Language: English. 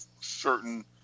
certain